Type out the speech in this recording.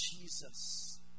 Jesus